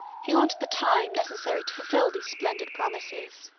he wanted the time, necessary to fulfil these splendid promises.